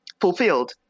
fulfilled